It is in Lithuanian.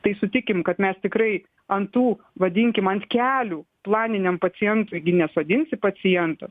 tai sutikim kad mes tikrai ant tų vadinkim ant kelių planiniam pacientų gi nesodinsi pacientų